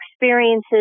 experiences